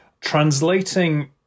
Translating